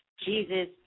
Jesus